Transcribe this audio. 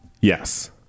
Yes